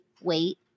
wait